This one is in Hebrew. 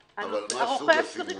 הוא צריך לראות את הסימון.